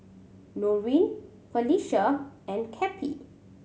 Norene Felisha and Cappie